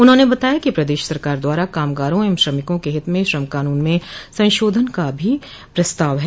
उन्होंने बताया कि प्रदेश सरकार द्वारा कामगारों एवं श्रमिकों के हित में श्रम कानून में संशोधन भी प्रस्तावित है